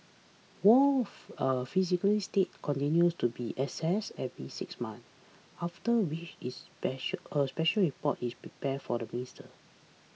Wong's a psychiatric state continues to be assessed every six months after which is a special report is prepared for the minister